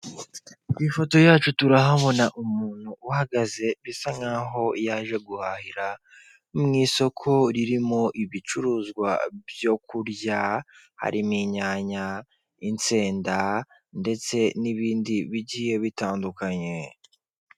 Mu ifoto yacu turahabona umuntu uhagaze usa nk'aho yaje guhahira mu isoko ririmo ibicuruzwa byo kurya harimo; inyanya, insenda, ndetse n'ibindi bigiye bitandukanye.